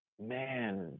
man